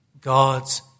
God's